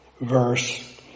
verse